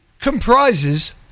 comprises